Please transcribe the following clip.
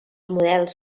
models